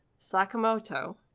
Sakamoto